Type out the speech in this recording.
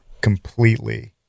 completely